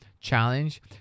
challenge